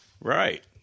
Right